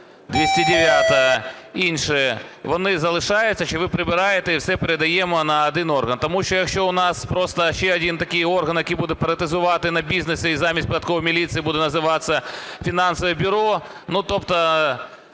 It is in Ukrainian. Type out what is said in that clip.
209-а, інші, вони залишаються чи ви прибираєте і все передаємо на один орган? Тому що якщо у нас просто ще один такий орган, який буде паразитувати на бізнесі і замість податкової міліції буде називатися фінансове бюро, тобто